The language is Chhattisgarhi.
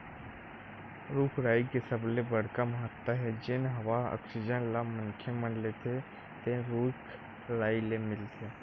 रूख राई के सबले बड़का महत्ता हे जेन हवा आक्सीजन ल मनखे मन लेथे तेन रूख राई ले मिलथे